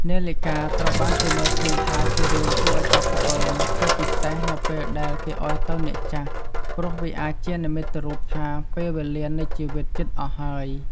នាឡិកាត្រូវបានគេមើលឃើញថាជារឿងគួរឲ្យស្អប់ខ្ពើម ជាពិសេសនៅពេលដែលគេឲ្យទៅអ្នកចាស់ ព្រោះវាអាចជានិមិត្តរូបថា ពេលវេលានៃជីវិតជិតអស់ហើយ។